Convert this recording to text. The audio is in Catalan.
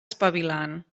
espavilant